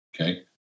Okay